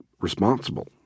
responsible